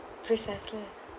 precisely